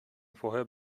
vorher